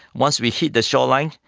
once we hit the shoreline,